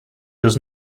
does